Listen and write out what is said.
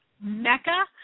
Mecca